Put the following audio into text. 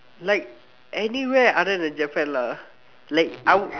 like anywhere other than Japan lah like I would